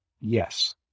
Yes